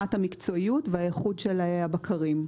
ברמת המקצועיות והאיכות של הבקרים.